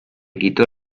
quitó